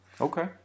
Okay